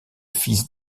fils